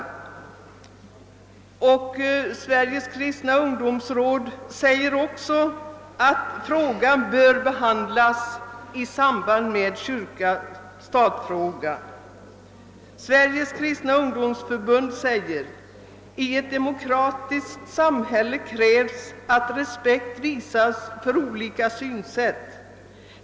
Samma uppfattning har Sveriges kristna ungdomsråd, som säger: »I ett demokratiskt samhälle krävs, att respekt visas för olika synsätt.